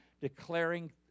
declaring